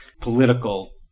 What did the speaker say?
political